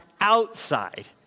outside